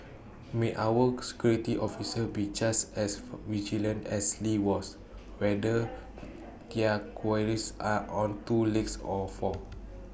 may our security officers be just as vigilant as lee was whether their quarries are on two legs or four